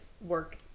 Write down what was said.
work